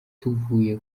tuvuye